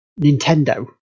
Nintendo